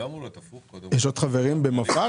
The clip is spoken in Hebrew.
יש עוד חברים במפא"ר?